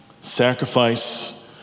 Sacrifice